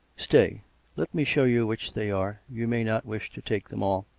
stay let me show you which they are. you may not wish to take them all.